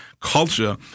culture